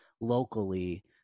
locally